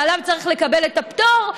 שעליו צריך לקבל את הפטור,